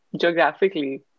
geographically